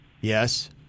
Yes